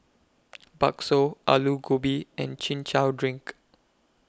Bakso Aloo Gobi and Chin Chow Drink